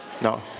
no